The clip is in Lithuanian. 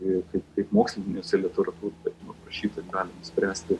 ir kaip kaip mokslinėse literatūrose aprašyta kaip galima spręsti